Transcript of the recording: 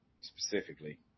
specifically